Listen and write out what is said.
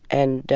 and